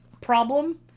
problem